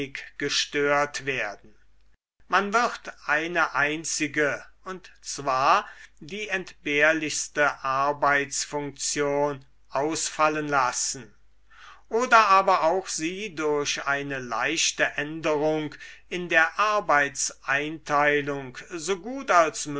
gestört werden man wird eine einzige und zwar die entbehrlichste arbeitsfunktion ausfallen lassen oder aber auch sie durch eine leichte änderung in der arbeitseinteilung so gut als